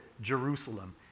Jerusalem